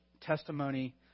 testimony